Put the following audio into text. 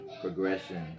progression